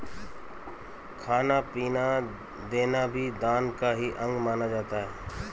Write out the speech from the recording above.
खाना पीना देना भी दान का ही अंग माना जाता है